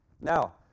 Now